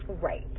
right